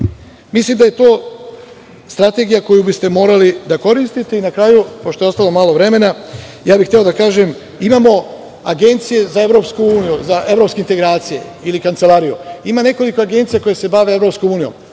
Mislim da je to strategija koju biste morali da koristite. Na kraju, pošto je ostalo malo vremena hteo bih da kažem, imamo agencije za EU, za evropske integracije ili kancelariju, ima nekoliko agencija koje se bave EU.